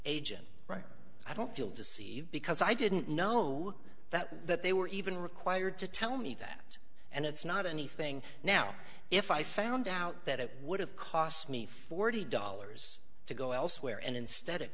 agent right i don't feel deceived because i didn't know that that they were even required to tell me that and it's not anything now if i found out that it would have cost me forty dollars to go elsewhere and instead it